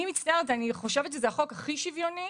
אני מצטערת, אני חושבת שזה החוק הכי שוויוני.